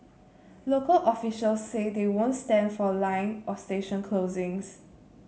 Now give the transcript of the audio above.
local officials say they won't stand for line or station closings